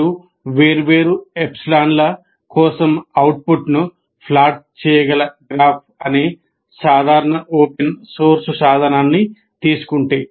మీరు వేర్వేరు ఎప్సిలాన్ల కోసం అవుట్పుట్ను ప్లాట్ చేయగల 'గ్రాఫ్' అనే సాధారణ ఓపెన్ సోర్స్ సాధనాన్ని తీసుకుంటే